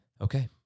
Okay